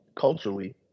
Culturally